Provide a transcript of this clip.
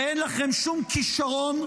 ואין לכם שום כישרון,